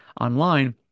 online